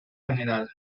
general